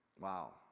Wow